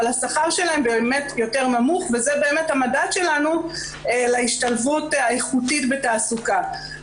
השכר שלהן באמת יותר נמוך וזה באמת המדד שלנו להשתלבות האיכותית בתעסוקה.